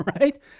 right